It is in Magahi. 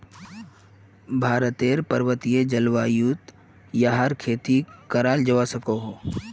भारतेर पर्वतिये जल्वायुत याहर खेती कराल जावा सकोह